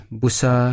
busa